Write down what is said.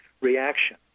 reaction